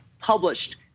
published